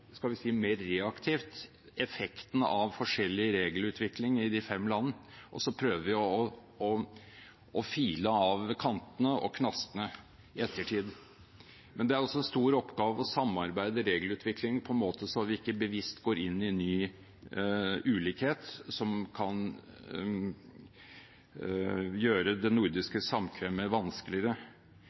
skal vi si mer reaktivt – effekten av forskjellig regelutvikling i de fem land, og så prøver vi å file av kantene og knastene i ettertid. Men det er også en stor oppgave å samarbeide om regelutviklingen slik at vi ikke bevisst går inn i en ny ulikhet som kan gjøre det nordiske samkvemmet vanskeligere.